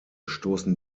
stoßen